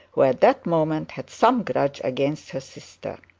who at that moment had some grudge against her sister.